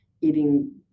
eating